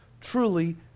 truly